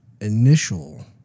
initial